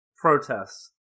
protests